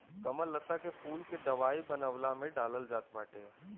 कमललता के फूल के दवाई बनवला में डालल जात बाटे